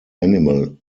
animal